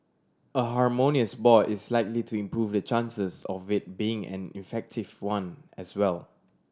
a harmonious board is likely to improve the chances of it being an effective one as well